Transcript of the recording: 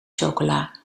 chocola